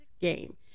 game